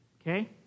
okay